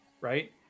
right